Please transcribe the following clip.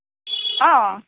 অঁ